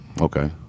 Okay